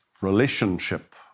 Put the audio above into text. relationship